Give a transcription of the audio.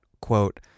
quote